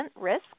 risk